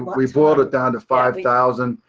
we boiled it down to five thousand.